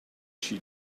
she